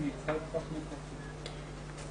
תודה